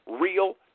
real